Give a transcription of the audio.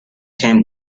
came